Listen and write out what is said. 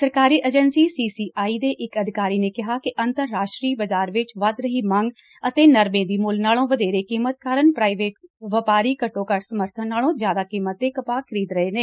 ਸਰਕਾਰੀ agency C I ਦੇ ਇਕ ਅਧਿਕਾਰੀ ਨੇ ਕਿਹਾ ਕਿ ਅੰਤਰ ਰਾਸ਼ਟਰੀ ਬਾਜਾਰ ਵਿਚ ਵੱਧ ਰਹੀ ਮੰਗ ਅਤੇ ਨਰਮੇ ਦੀ ਮੁੱਲ ਨਾਲੋਂ ਵਧੇਰੇ ਕੀਮਤ ਕਾਰਨ ਪ੍ਰਾਈਵੇਟ ਵਪਾਰੀ ਘੱਟੋ ਘੱਟ ਸਮਰਬਨ ਨਾਲੋਂ ਜਿਆਦਾ ਕੀਮਤ ਤੇ ਕਪਾਹ ਖਰੀਦ ਰਹੇ ਨੇ